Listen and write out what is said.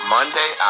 Monday